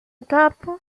étape